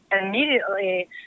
immediately